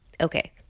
Okay